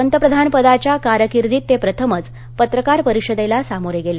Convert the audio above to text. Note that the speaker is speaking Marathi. पंतप्रधानपदाच्या कारकिर्दीत ते प्रथमच पत्रकार परिषदेला सामोरे गेले